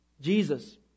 Jesus